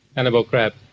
annabel crabb,